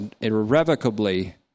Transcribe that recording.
irrevocably